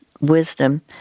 wisdom